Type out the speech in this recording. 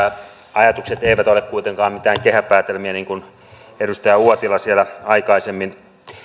ajatukset eivät ole kuitenkaan mitään kehäpäätelmiä niin kuin edustaja uotila siellä aikaisemmin